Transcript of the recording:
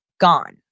gone